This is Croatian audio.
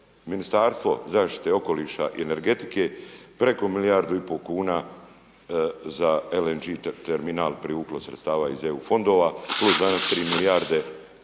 Ministarstvo zaštite okoliša i energetike preko milijardu i pol kuna za LNG Terminal privuklo sredstava iz eu fondova plus danas tri milijarde.